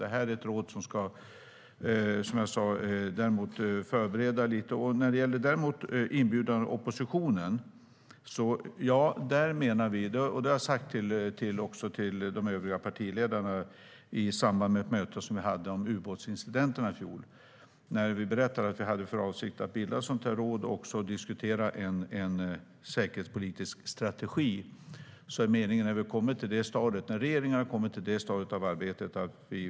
Det här är, som jag sa, ett råd som ska förbereda lite. När det gäller inbjudan av oppositionen till ett sådant här råd sa jag till de övriga partiledarna i samband med ett möte som vi hade om ubåtsincidenterna i fjol att vi vill inleda en diskussion om en säkerhetspolitisk strategi när regeringen har kommit till det stadiet av arbetet.